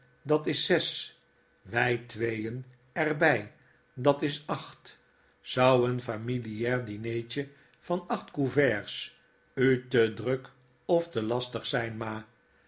dat is zes wii tweeen er bij dat is acht zou een familiaar dineetje van acht converts u te druk of te lastig zyn ma